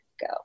go